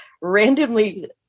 randomly